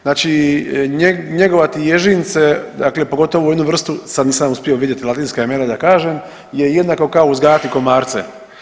Znači njegovati ježince pogotovo jednu vrstu, sad nisam uspio vidjeti latinska imena da kažem, je jednako kao uzgajati komarce.